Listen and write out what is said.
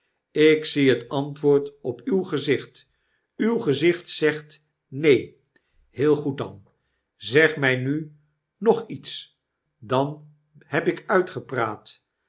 ik zie het antwoord op uw gezicht uw gezicht zegt neen heel goed dan zeg mtj nu nog iets dan heb ik